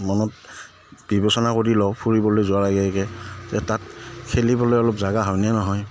মনত বিবেচনা কৰি লওঁ ফুৰিবলৈ যোৱাৰ আগে আগে যে তাত খেলিবলৈ অলপ জেগা হয়নে নহয়